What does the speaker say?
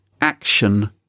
action